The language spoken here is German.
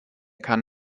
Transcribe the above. kann